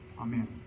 Amen